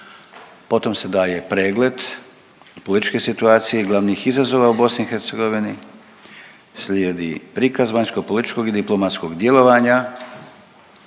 potom se daje pregleda političke situacije i glavnih izazova u u BiH, slijedi prikaz vanjskopolitičkog i diplomatskog djelovanja